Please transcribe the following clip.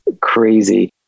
crazy